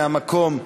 מהמקום,